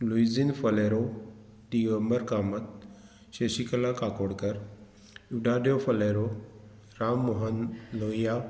लुईजीन फालेरो दिगबंर कामत शशिकला काकोडकर युडादेव फालेरो राम मोहन लोहिया